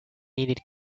needed